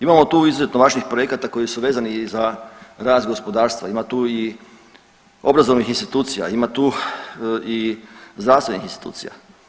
Imamo tu izuzetno važnih projekata koji su vezani i za rast gospodarstva, ima tu i obrazovnih institucija, ima tu i zdravstvenih institucija.